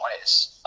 ways